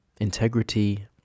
integrity